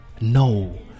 no